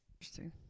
Interesting